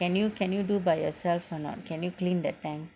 can you can you do by yourself or not can you clean the tank